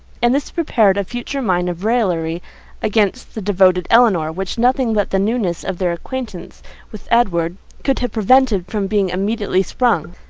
and this prepared a future mine of raillery against the devoted elinor, which nothing but the newness of their acquaintance with edward could have prevented from being immediately sprung.